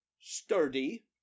sturdy